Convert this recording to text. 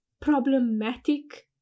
problematic